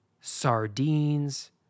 sardines